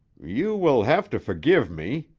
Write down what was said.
you will have to forgive me,